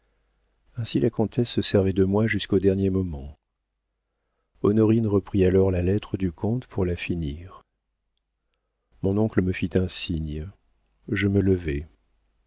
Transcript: ainsi le comte se servait de moi jusqu'au dernier moment honorine reprit alors la lettre du comte pour la finir mon oncle me fit un signe je me levai